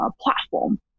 platform